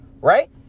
right